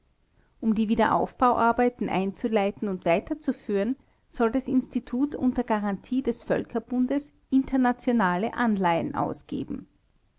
um die wiederaufbauarbeiten einzuleiten und weiterzuführen soll das institut unter garantie des völkerbundes internationale anleihen ausgeben